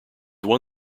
one